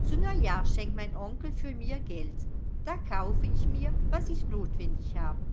zu neujahr schenkt mein onkel für mir geld da kaufe ich mir was ich notwendig habe